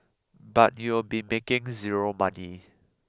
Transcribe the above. but you'll be making zero money